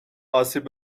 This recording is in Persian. آسیب